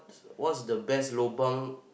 what's the best lobang